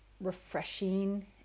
refreshing